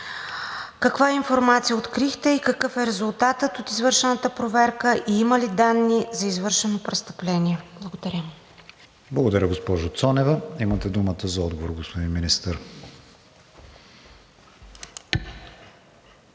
Каква информация открихте и какъв е резултатът от извършената проверка и има ли данни за извършено престъпление? Благодаря. ПРЕДСЕДАТЕЛ КРИСТИАН ВИГЕНИН: Благодаря, госпожо Цонева. Имате думата за отговор, господин Министър.